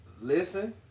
Listen